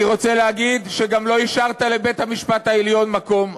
אני רוצה להגיד שגם לא השארת לבית-המשפט העליון מקום.